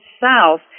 south